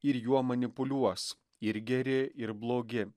ir juo manipuliuos ir geri ir blogi